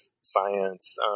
science